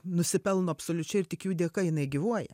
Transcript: nusipelno absoliučiai ir tik jų dėka jinai gyvuoja